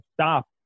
stop